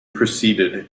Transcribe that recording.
proceeded